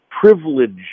privilege